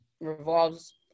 revolves